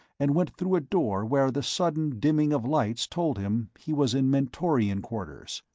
and went through a door where the sudden dimming of lights told him he was in mentorian quarters.